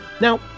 Now